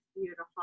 beautiful